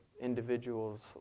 individual's